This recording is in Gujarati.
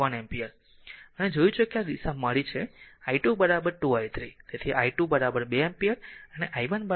અને જોયું છે કે આ દિશા મળી છેi2 2 i 3 તેથી i2 2 ampere